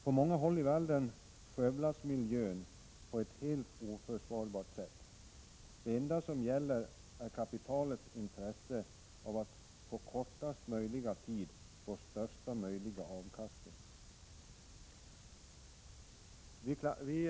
På många håll i världen skövlas miljön på ett helt oförsvarbart sätt. Det enda som gäller är kapitalets intresse av att på kortaste möjliga tid få största möjliga avkastning.